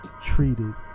treated